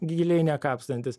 giliai kapstantis